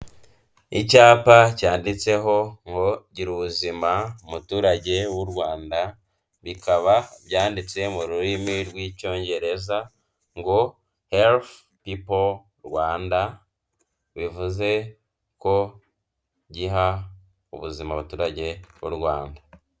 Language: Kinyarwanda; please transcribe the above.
Icyapa cyanditseho ngo gira ubuzima muturage w'u Rwanda, bikaba byanditse mu rurimi rw'Icyongereza ngo ''Health People Rwanda'', bivuze ko giha ubuzima abaturage b'u Rwanda.